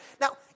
Now